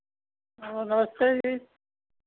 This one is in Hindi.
और नमस्ते जी